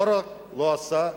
לא רק לא עושה,